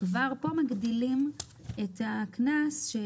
כבר פה מגדילים את הקנס.